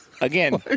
Again